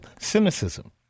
cynicism